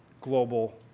global